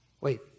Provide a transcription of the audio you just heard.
Wait